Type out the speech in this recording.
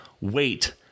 Wait